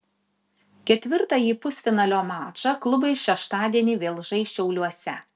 ketvirtąjį pusfinalio mačą klubai šeštadienį vėl žais šiauliuose